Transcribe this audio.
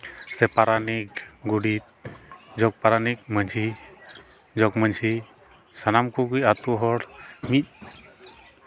ᱥᱮ ᱯᱟᱨᱟᱱᱤᱠ ᱜᱚᱰᱮᱛ ᱡᱚᱜᱽ ᱯᱟᱨᱟᱱᱤᱠ ᱢᱟᱺᱡᱷᱤ ᱡᱚᱜᱽ ᱢᱟᱺᱡᱷᱤ ᱥᱟᱱᱟᱢ ᱠᱚᱜᱮ ᱟᱹᱛᱩ ᱦᱚᱲ ᱢᱤᱫ